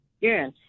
Yes